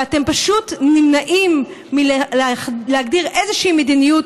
ואתם פשוט נמנעים מלהגדיר איזושהי מדיניות